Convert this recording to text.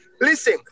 listen